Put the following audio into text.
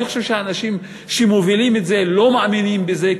אני חושב שהאנשים שמובילים את זה לא מאמינים בזה,